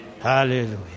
Hallelujah